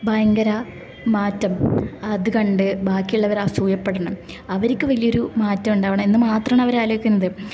ഭയങ്കര മാറ്റം അതു കണ്ട് ബാക്കിയുള്ളവർ അസൂയപ്പെടണം അവർക്ക് വല്യൊരു മാറ്റൊണ്ടാവണം എന്ന് മാത്രണവർ ആലോചിക്കുന്നത്